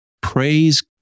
Praise